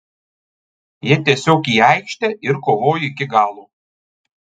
jie tiesiog į aikštę ir kovojo iki galo